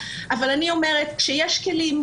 אבל אני אומרת שכאשר יש כלים,